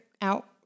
out